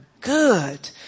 good